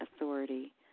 authority